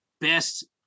best